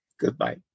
Goodbye